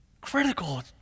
Critical